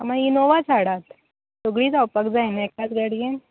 मागीर इनोवाच हाडात सगळीं जावपाक जाय न्हू एकाच गाडयेन